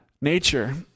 Nature